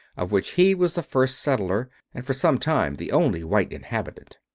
of which he was the first settler, and for some time the only white inhabitant.